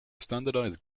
standardized